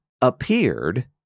appeared